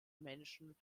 menschen